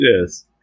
Yes